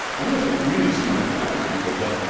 and we have some really smart informatics people, but,